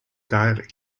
diary